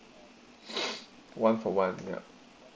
one for one ya